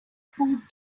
food